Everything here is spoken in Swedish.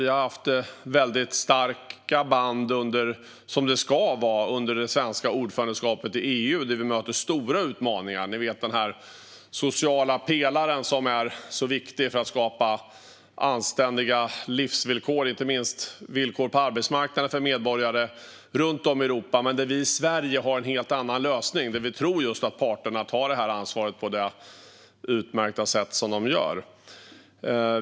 Vi har haft starka band under det svenska ordförandeskapet i EU, och där möter vi stora utmaningar, till exempel när det gäller den sociala pelaren, som är så viktig för att skapa anständiga livsvillkor för medborgare runt om i Europa, inte minst på arbetsmarknaden. Här har Sverige en helt annan lösning, för vi tror på att parterna tar sitt ansvar på ett utmärkt sätt.